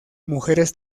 mujeres